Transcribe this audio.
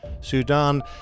Sudan